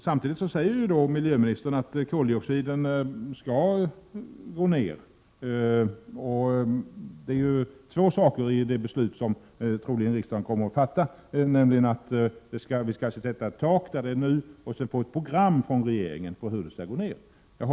Samtidigt säger Birgitta Dahl att koldioxidhalten skall gå ned. Det beslut som riksdagen troligen kommer att fatta kommer att innehålla två saker när det gäller denna fråga. Vi skall dels sätta ett tak på den nuvarande nivån, dels få ett program från regeringen för hur utsläppen skall minska.